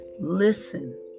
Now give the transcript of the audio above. listen